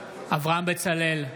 אברהם בצלאל,